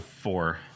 Four